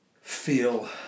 feel